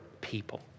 people